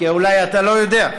כי אולי אתה לא יודע.